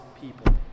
people